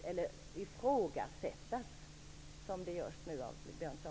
Björn Samuelson ifrågasätter detta.